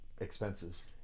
expenses